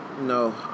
No